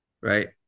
right